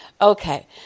okay